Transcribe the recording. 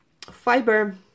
Fiber